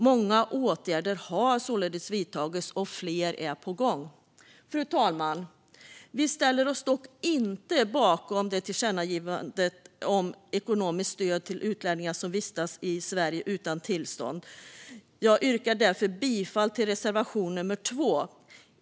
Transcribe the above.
Många åtgärder har således vidtagits, och fler är på gång. Fru talman! Vi ställer oss dock inte bakom förslaget till tillkännagivande om ekonomiskt stöd till utlänningar som vistas i Sverige utan tillstånd. Jag yrkar därför bifall till reservation nummer 2.